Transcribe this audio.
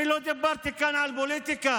אני לא דיברתי כאן על פוליטיקה,